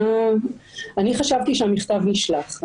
חשבתי שהמכתב נשלח.